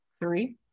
three